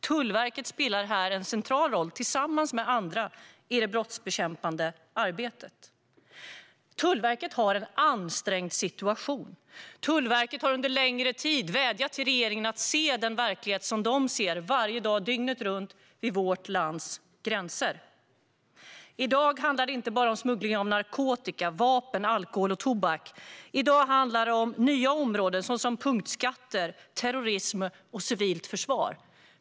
Tullverket spelar här tillsammans med andra en central roll i det brottsbekämpande arbetet. Tullverket har en ansträngd situation och har under en längre tid vädjat till regeringen att se den verklighet som de ser varje dag, dygnet runt vid vårt lands gränser. I dag handlar det inte bara om smuggling av narkotika, vapen, alkohol och tobak. I dag handlar det om nya områden, såsom punktskatter, terrorism och civilt försvar.